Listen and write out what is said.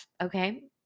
okay